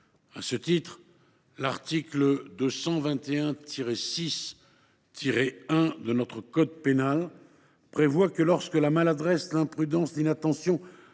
À ce titre, l’article 221 6 1 de notre code pénal dispose que « lorsque la maladresse, l’imprudence, l’inattention,